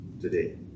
today